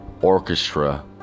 orchestra